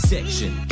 Section